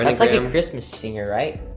um that's like a um christmas singer, right?